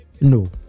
no